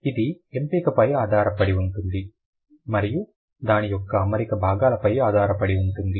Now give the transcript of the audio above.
ఇది ఎంపికపై ఆధారపడి ఉంటుంది మరియు దాని యొక్క అమరిక భాగాల పై ఆధారపడి ఉంటుంది